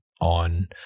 on